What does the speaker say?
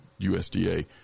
USDA